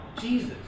Jesus